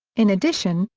in addition,